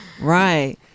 Right